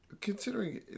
considering